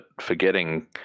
forgetting